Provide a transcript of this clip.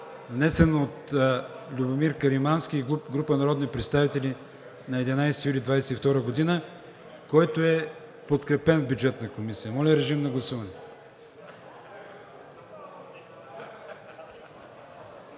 внесен от Любомир Каримански и група народни представители на 11 юли 2022 г., който е подкрепен в Бюджетната комисия. Гласували